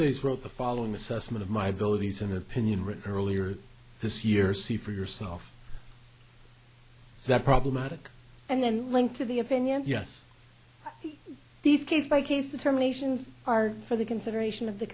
days wrote the following assessment of my beliefs and opinion retire earlier this year see for yourself that problematic and then link to the opinion yes these case by case determinations are for the consideration of the